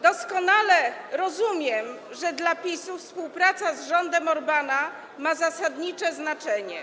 Doskonale rozumiem, że dla PiS-u współpraca z rządem Orbána ma zasadnicze znaczenie.